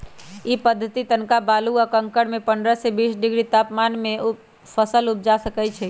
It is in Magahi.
इ पद्धतिसे तनका बालू आ कंकरमें पंडह से बीस डिग्री तापमान में फसल उपजा सकइछि